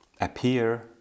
appear